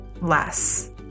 less